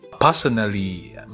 personally